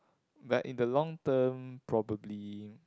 but in the long term probably